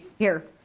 here.